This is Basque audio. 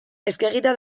eskegita